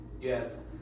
yes